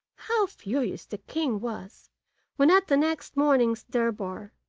how furious the king was when, at the next morning's durbar,